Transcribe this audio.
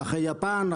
אחרי יפן,